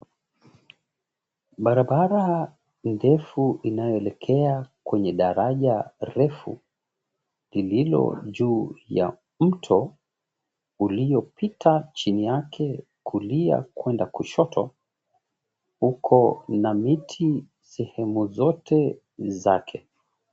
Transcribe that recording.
Barabara ndefu inayoelekea kwenye daraja ndefu, lililo juu ya mto uliopita chini yake kulia kwenda kushoto, uko na miti sehemu zote zake.